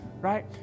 right